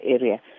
area